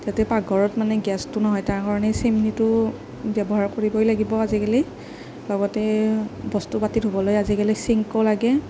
পাকঘৰত মানে গেছটো নহয় ডাঙৰ চিমনিটো ব্য়ৱহাৰ কৰিবই লাগিব আজিকালি লগতে বস্তু পাতি ধুবলৈ আজিকালি চিংকো লাগে